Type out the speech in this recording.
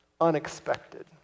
unexpected